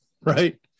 Right